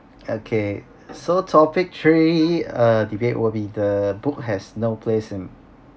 okay so topic three uh debate will be the book has no place in